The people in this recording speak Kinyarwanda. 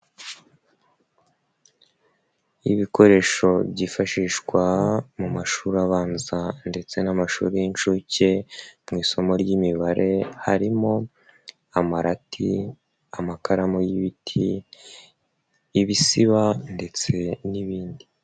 Ibikoresho byifashishwa mu mashuri abanza ndetse n'amashuri y'inshuke mu isomo ry'imibare. Harimo: amarati, amakaramu y'ibiti, ibisiba ndetse n'ibindi.